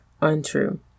untrue